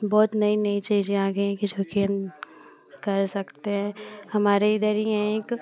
बहुत नई नई चीज़ें आ गई हैं कि जोकि हम कर सकते हैं हमारे इधर ही हैं एक